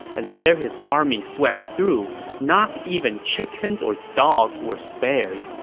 and where his army swept through, not even chickens or dogs were spared.